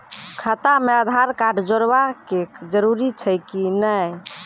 खाता म आधार कार्ड जोड़वा के जरूरी छै कि नैय?